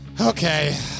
Okay